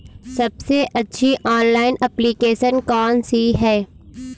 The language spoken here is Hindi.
सबसे अच्छी ऑनलाइन एप्लीकेशन कौन सी है?